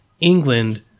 England